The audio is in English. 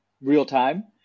real-time